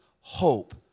hope